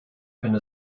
eine